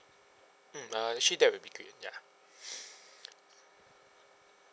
mm uh actually that would be great ya